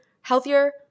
healthier